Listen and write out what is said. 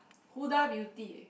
Huda Beauty